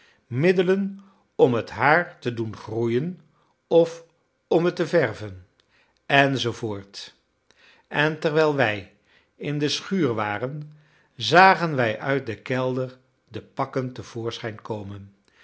middelen om t haar te doen groeien of om het te verven enz en terwijl wij in de schuur waren zagen wij uit den kelder de pakken te voorschijn komen